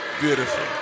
beautiful